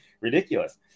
ridiculous